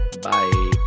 Bye